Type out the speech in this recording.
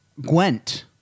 Gwent